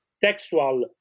textual